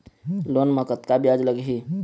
Loan म कतका ब्याज लगही?